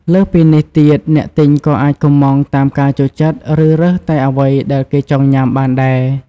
លើសពីនេះទៀត អ្នកទិញក៏អាចកម្មង់តាមការចូលចិត្ត ឬរើសតែអ្វីដែលគេចង់ញុំាបានដែរ។